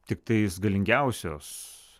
tiktais galingiausios